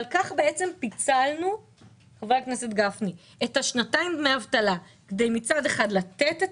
כך בעצם פיצלנו את השנתיים דמי אבטלה כדי מצד אחד לתת את